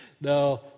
No